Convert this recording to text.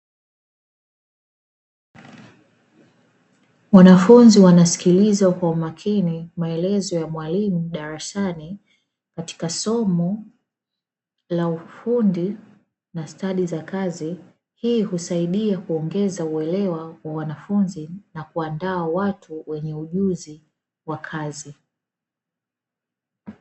Wanafunzi wanasikiliza kwa umakini maelezo ya mwalimu darasani katika somo la ufundi na stadi za kazi, hii husaidia kuongeza uelewa wa wanafunzi na kuandaa watu wenye ujuzi wa kazi.